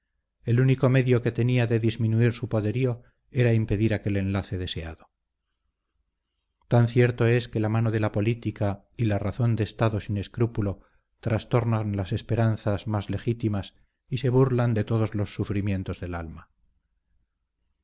el único medio que tenía de disminuir su poderío era impedir aquel enlace deseado tan cierto es que la mano de la política y la razón de estado sin escrúpulo trastornan las esperanzas más legítimas y se burlan de todos los sufrimientos del alma